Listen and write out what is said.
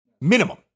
Minimum